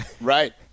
Right